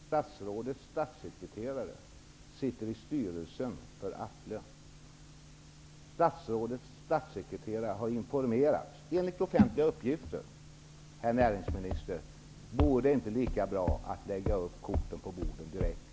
Fru talman! Statsrådets statssekreterare sitter i styrelsen för Atle. Statsrådets statssekreterare har enligt offentliga uppgifter informerats. Herr näringsminister, vore det inte lika bra att lägga upp korten på bordet direkt?